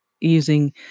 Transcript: using